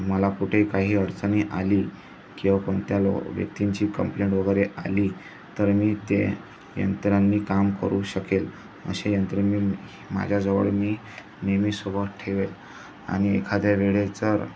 मला कुठे काही अडचण आली किंवा कोणत्या लो व्यक्तींची कम्प्लेंट वगैरे आली तर मी ते यंत्रांनी काम करू शकेल असे यंत्र मी माझ्याजवळ मी नेहमीसोबत ठेवेल आणि एखाद्या वेळे तर